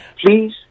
Please